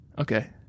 Okay